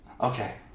Okay